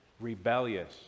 rebellious